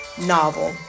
novel